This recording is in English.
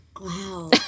wow